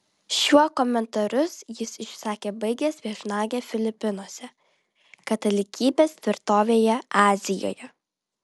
šiuo komentarus jis išsakė baigęs viešnagę filipinuose katalikybės tvirtovėje azijoje